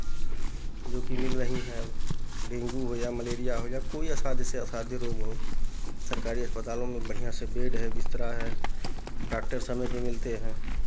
जोकि मिल रही हैं डेंगू हो या मलेरिया हो या कोई असाध्य से असाध्य रोग हो सरकारी अस्पतालों में बढ़ियाँ से बेड है बिस्तरा है डॉक्टर समय पे मिलते हैं